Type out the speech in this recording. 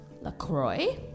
LaCroix